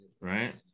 right